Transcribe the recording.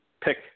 pick